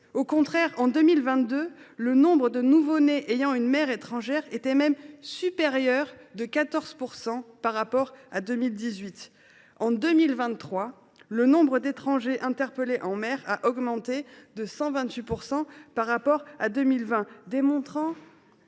au contraire. En 2022, le nombre de nouveau nés ayant une mère étrangère était même supérieur de 14 % par rapport à 2018. En 2023, le nombre d’étrangers interpellés en mer a augmenté de 128 % par rapport à 2020. Cela